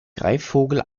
greifvogel